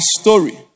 story